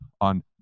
on